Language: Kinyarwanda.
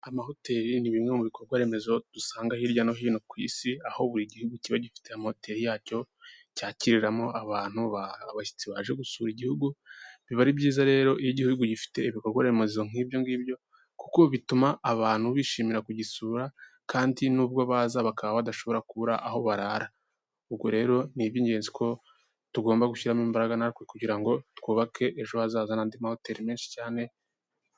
Amahoteli ni bimwe mu bikorwa remezo dusanga hirya no hino ku isi aho buri gihugu kiba gifite moteri yacyo cyakiriramo abantu baje gusura igihugu, biba ari byiza rero iyo igihugu gifite ibikorwa remezo nk'ibyo ngibyo kuko bituma abantu bishimira kugisura, kandi nubwo baza bakaba badashobora kubura aho barara. Ubwo rero ni iby'ingenzi ko tugomba gushyiramo imbaraga natwe kugira ngo twubake ejo haza n'andi mahoteli menshi cyane.